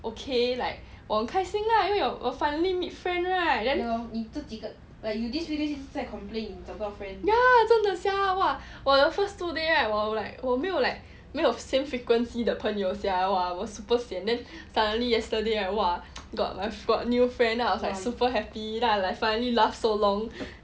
okay like 我开心 lah 因为我 finally meet friend right ya 真的 sia !wah! 我的 first two day right like 我没有 like 没有 same frequency 的朋友 sia !wah! 我 super sian then suddenly yesterday right !wah! got lah got new friend lah I was like super happy then I like finally laugh so long